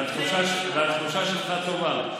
והתחושה שלך טובה?